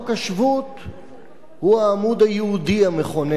הוא העמוד היהודי המכונן את דמותה של המדינה,